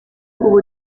ubu